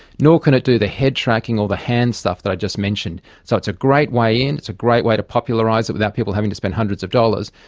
nor can it do the head-tracking or the hand stuff that i just mentioned. so it's a great way in, it's a great way to popularise it without people having to spend hundreds of dollars,